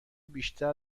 بیشتر